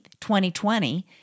2020